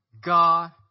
God